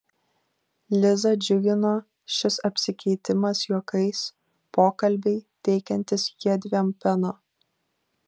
lizą džiugino šis apsikeitimas juokais pokalbiai teikiantys jiedviem peno